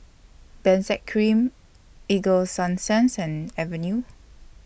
Benzac Cream Ego Sunsense and Avenue